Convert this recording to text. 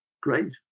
great